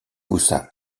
poussa